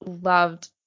loved